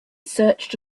searched